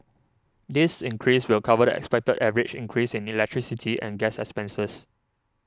this increase will cover the expected average increase in electricity and gas expenses